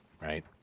right